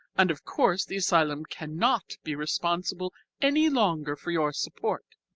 and of course the asylum cannot be responsible any longer for your support.